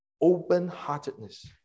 open-heartedness